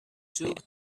took